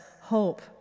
hope